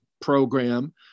program